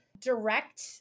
direct